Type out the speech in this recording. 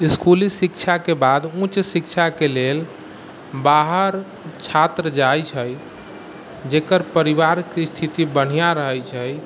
इसकुली शिक्षाके बाद उच्च शिक्षाके लेल बाहर छात्र जाइत छै जेकर परिवारके स्थिति बढ़िआँ रहैत छै